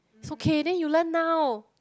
it's okay then you learn now